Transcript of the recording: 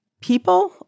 people